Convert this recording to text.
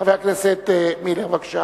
חבר הכנסת מילר, בבקשה.